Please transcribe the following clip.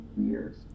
years